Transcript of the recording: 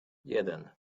jeden